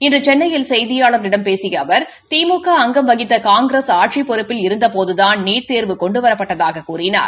இன்று சென்னையில் செய்தியாளர்களிடம் பேசிய அவர் திமுக அங்கம் வகித்த காங்கிரஸ் ஆட்சிப் பொறுப்பில் இருந்தபோதுதான் நீட் தோ்வு கொண்டுவரப்பட்டதாகக் கூறினார்